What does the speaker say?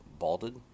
balded